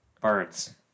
Birds